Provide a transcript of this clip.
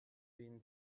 been